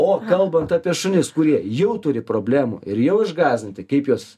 o kalbant apie šunis kurie jau turi problemų ir jau išgąsdinti kaip juos